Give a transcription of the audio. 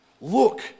look